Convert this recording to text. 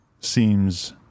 seems